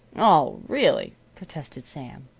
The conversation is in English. oh, really, protested sam.